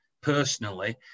personally